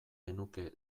genuke